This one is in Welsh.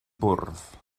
bwrdd